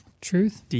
Truth